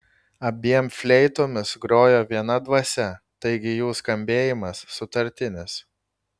abiem fleitomis grojo viena dvasia taigi jų skambėjimas sutartinis